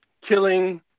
killing